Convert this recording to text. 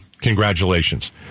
Congratulations